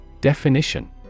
Definition